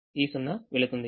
ఈ 0 వెళుతుంది